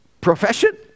profession